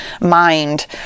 mind